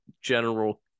general